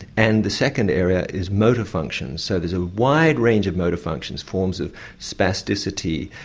and the second area is motor functions, so there is a wide range of motor functions forms of spasticity,